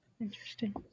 Interesting